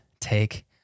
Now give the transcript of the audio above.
take